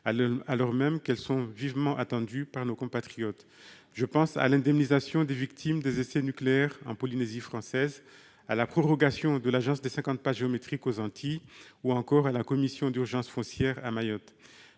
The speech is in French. alors même qu'elles sont vivement attendues par nos compatriotes. Je pense à l'indemnisation des victimes des essais nucléaires en Polynésie française, à la prorogation de l'agence des cinquante pas géométriques aux Antilles et à celle de la commission d'urgence foncière à Mayotte.